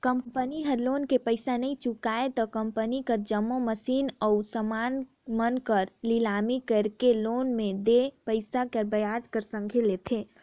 company ह loan के पइसा नी चुकाय त कंपनी कर जम्मो मसीन अउ समान मन कर लिलामी कइरके लोन में देय पइसा ल बियाज कर संघे लेथे